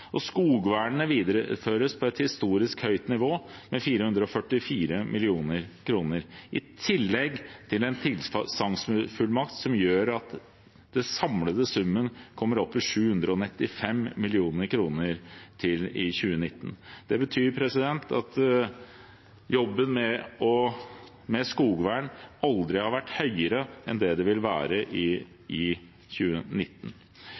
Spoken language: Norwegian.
arter. Skogvernet videreføres på et historisk høyt nivå, med 444 mill. kr, i tillegg til en tilsagnsfullmakt som gjør at den samlede summen kommer opp i 795 mill. kr i 2019. Det betyr at jobben med skogvern aldri har vært prioritert høyere enn det den vil være i 2019.